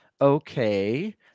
okay